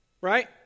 right